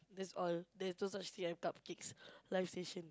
that's all there's no such thing as cupcakes live station